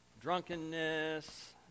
drunkenness